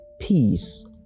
peace